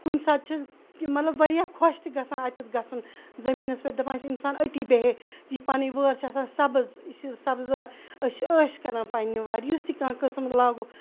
کُنہِ ساتہِ چھِ مَطلَب واریاہ خۄش تہِ گَژھان اَتیٚتھ گَژھُن زمیٖنَس پیٚٹھ دَپان چھُ اِنسان أتی نیٚہے یہِ پَنٕنۍ وٲر چھِ آسان سبز یہِ چھِ سبز وٲر أسۍ چھِ ٲش کَران پَننہِ وارٕ یُس تہِ کانٛہہ قسم لاگو